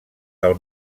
del